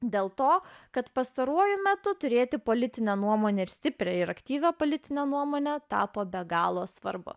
dėl to kad pastaruoju metu turėti politinę nuomonę ir stiprią ir aktyvią politinę nuomonę tapo be galo svarbu